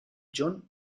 john